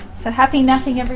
so happy napping